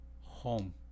Home